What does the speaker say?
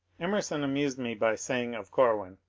emer son amused me by saying of corwin,